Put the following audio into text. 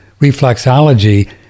reflexology